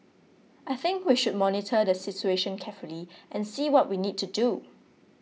I think we should monitor the situation carefully and see what we need to do